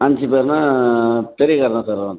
அஞ்சு பேர்னால் பெரிய கார் தான் சார்